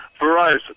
Verizon